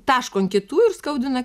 taško ant kitų ir skaudina